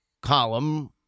column